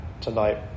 tonight